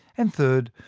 and third,